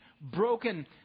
broken